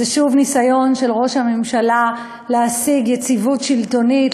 זה שוב ניסיון של ראש הממשלה להשיג יציבות שלטונית,